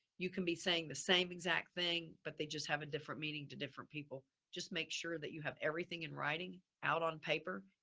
you can be saying the same exact thing, but they just have a different meaning to different people. just make sure that you have everything in writing out on paper,